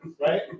Right